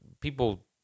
people